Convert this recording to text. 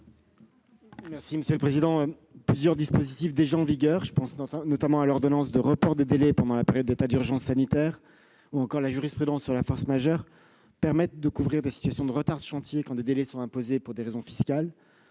du Gouvernement ? Plusieurs dispositifs déjà en vigueur- je pense notamment à l'ordonnance de report des délais pendant la période d'état d'urgence sanitaire ou encore à la jurisprudence sur la force majeure -permettent de couvrir des situations de retard de chantier quand des délais sont imposés pour des raisons fiscales.